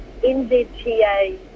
NZTA